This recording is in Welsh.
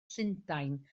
llundain